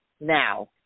now